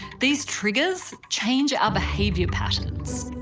these triggers change our behaviour patterns.